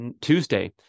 Tuesday